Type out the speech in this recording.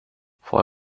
for